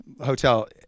hotel